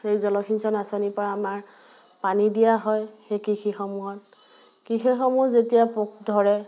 সেই জলসিঞ্চন আঁচনিৰপৰা আমাৰ পানী দিয়া হয় সেই কৃষিসমূহত কৃষিসমূহত যেতিয়া পোক ধৰে